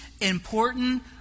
important